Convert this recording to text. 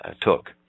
took